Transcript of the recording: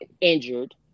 injured